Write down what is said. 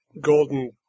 golden